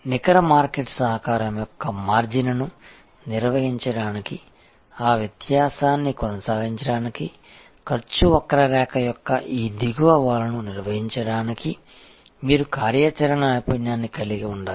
నికర మార్కెట్ సహకారం యొక్క మార్జిన్ను నిర్వహించడానికి ఆ వ్యత్యాసాన్ని కొనసాగించడానికి ఖర్చు వక్రరేఖ యొక్క ఈ దిగువ వాలును నిర్వహించడానికి మీరు కార్యాచరణ నైపుణ్యాన్ని కలిగి ఉండాలి